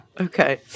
okay